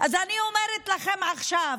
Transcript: אז אני אומרת לכם עכשיו,